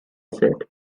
said